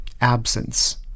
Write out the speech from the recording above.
absence